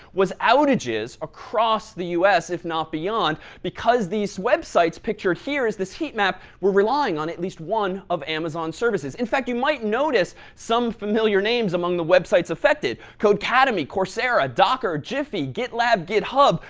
was outages across the us, if not beyond, because these websites pictured here is this heap map were relying on at least one of amazon's services. in fact you might notice some familiar names among the websites affected. codecademy, coursera, docker, giphy, gitlab, github,